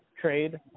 trade